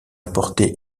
apporté